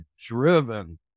driven